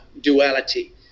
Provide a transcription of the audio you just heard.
duality